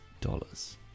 dollars